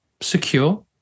secure